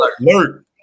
alert